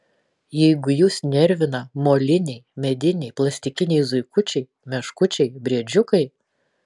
jeigu jus nervina moliniai mediniai plastikiniai zuikučiai meškučiai briedžiukai